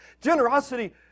generosity